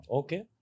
okay